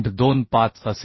25 असेल